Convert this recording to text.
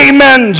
Amen